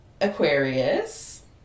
Aquarius